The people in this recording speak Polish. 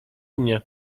mnie